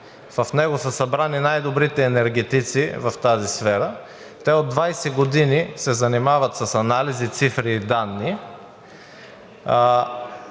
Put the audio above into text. В него са събрани най-добрите енергетици в тази сфера. Те от 20 години се занимават с анализи, цифри и данни.